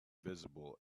visible